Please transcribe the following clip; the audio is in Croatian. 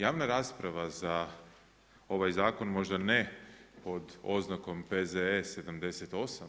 Javna rasprava za ovaj zakon možda ne pod oznako P.Z.E. 78,